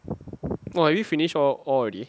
!wah! you finish all all already